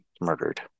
murdered